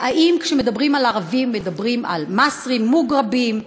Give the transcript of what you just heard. האם כשמדברים על ערבים, מדברים על מצרים, מוגרבים,